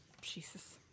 Jesus